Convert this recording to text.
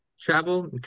travel